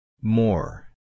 More